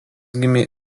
gimė